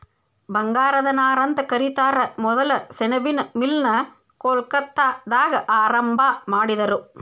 ಬಂಗಾರದ ನಾರಂತ ಕರಿತಾರ ಮೊದಲ ಸೆಣಬಿನ್ ಮಿಲ್ ನ ಕೊಲ್ಕತ್ತಾದಾಗ ಆರಂಭಾ ಮಾಡಿದರು